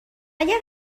اگر